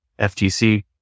FTC